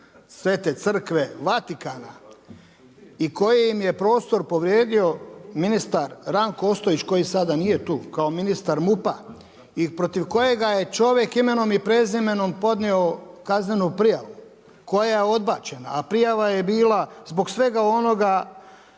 Svete crkve, Vatikana i koji im je prostor ministar Ranko Ostojić, koji sada nije tu, kao ministar MUP-a i protiv kojeg ga je čovjek imenom i prezimenom podnio kaznenu prijavu, koja je odbačena, a prijava je bila zbog svega onoga